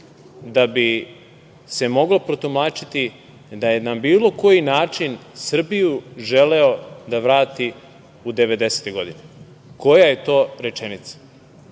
da bi se moglo protumačiti da je na bilo koji način Srbiju želeo da vrati u devedesete godine? Koja je to rečenica?